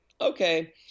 okay